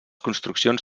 construccions